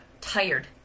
tired